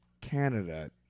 Canada